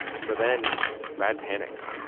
so then brad panicked.